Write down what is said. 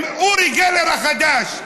אורי גלר החדש.